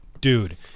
dude